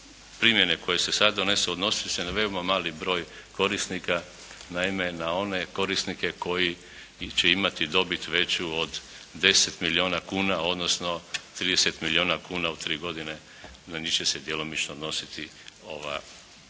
primjene koje se sad donesu odnose se na veoma mali broj korisnika. Naime na one korisnike koji će imati dobit veću od 10 milijuna kuna odnosno 30 milijuna kuna u 3 godine. Na njih će se djelomično odnositi ova izmjena